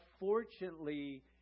Unfortunately